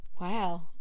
wow